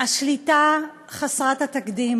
השליטה חסרת התקדים,